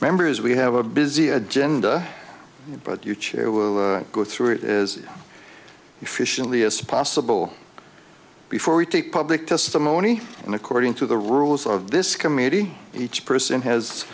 members we have a busy agenda but you chair will go through it as efficiently as possible before we take public testimony and according to the rules of this committee each person has